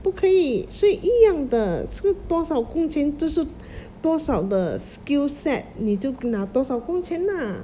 不可以所以一样的这多少工钱就是多少的 skillset 你就拿多少工钱 lah